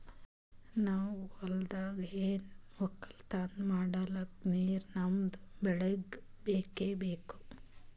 ನಾವ್ ಹೊಲ್ದಾಗ್ ಏನೆ ವಕ್ಕಲತನ ಮಾಡಕ್ ನೀರ್ ನಮ್ ಬೆಳಿಗ್ ಬೇಕೆ ಬೇಕು